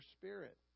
spirit